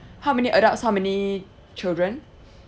how many adults how many children